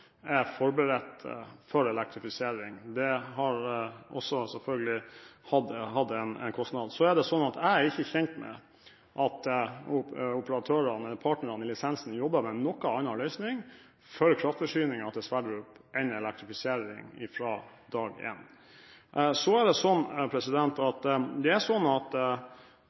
forberedt for elektrifisering. Det har selvfølgelig også hatt en kostnad. Jeg er ikke kjent med at operatørene, partnerne, i lisensen jobber med noen annen løsning for kraftforsyningen til Sverdrup-feltet enn elektrifisering fra dag én. Det er sånn at